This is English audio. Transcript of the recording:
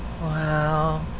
Wow